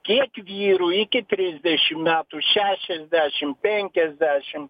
kiek vyrų iki trisdešim metų šešiasdešim penkiasdešim